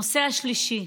הנושא השלישי,